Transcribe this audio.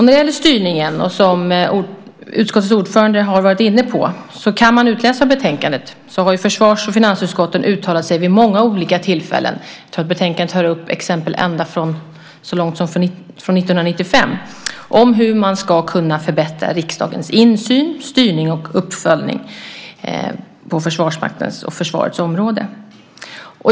Vad gäller styrningen, som utskottets ordförande har varit inne på, kan man utläsa av betänkandet att försvars och finansutskotten vid många olika tillfällen har uttalat sig, betänkandet tar upp exempel från så långt tillbaka sedan som 1995, om hur man ska kunna förbättra riksdagens insyn, styrning och uppföljning på Försvarsmaktens och försvarets områden.